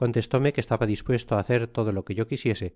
contestóme que estaba dispuesto á hacer todo lo que yo quisiese